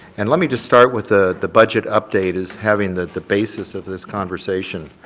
and let me just start with ah the budget update is having the the basis of this conversation